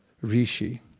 Rishi